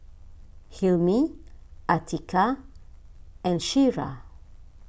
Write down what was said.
Hilmi Atiqah and Syirah